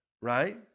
right